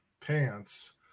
Pants